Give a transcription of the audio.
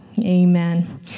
Amen